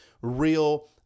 real